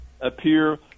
appear